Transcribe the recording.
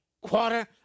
quarter